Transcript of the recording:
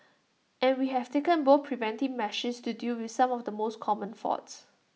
and we have taken both preventive measures to deal with some of the most common faults